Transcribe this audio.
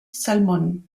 salmon